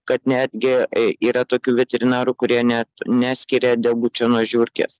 kad netgi yra tokių veterinarų kurie net neskiria degučio nuo žiurkės